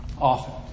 often